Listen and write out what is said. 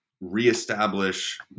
reestablish